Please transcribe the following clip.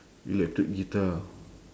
electric guitar